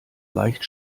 leicht